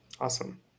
Awesome